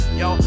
yo